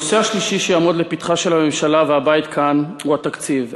הנושא השלישי שיעמוד לפתחם של הממשלה והבית כאן הוא התקציב.